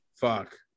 Fuck